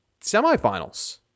semifinals